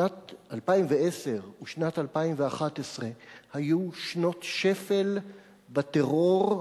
שנת 2010 ושנת 2011 היו שנות שפל בטרור,